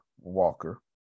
Walker